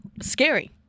Scary